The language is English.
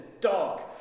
dark